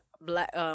black